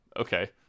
okay